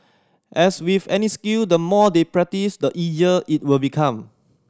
as with any skill the more they practise the easier it will become